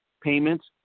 payments